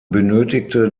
benötigte